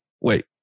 wait